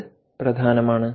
ഇത് പ്രധാനമാണ്